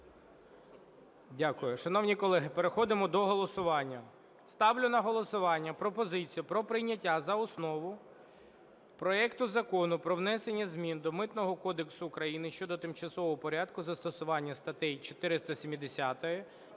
Дякую. Шановні колеги, переходимо до голосування. Ставлю на голосування пропозицію про прийняття за основу проекту Закону про внесення змін до Митного кодексу України щодо тимчасового порядку застосування статей 470